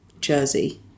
jersey